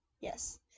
Yes